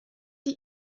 die